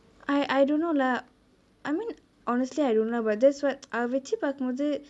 I I don't know lah I mean honestly I don't know but that's what அத வெச்சி பாக்கும்போது:atha vechi paakumpothu